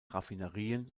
raffinerien